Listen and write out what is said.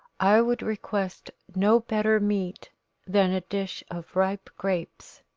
i would request no better meat than a dish of ripe grapes.